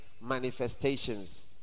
manifestations